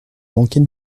manquer